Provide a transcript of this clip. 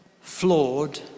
flawed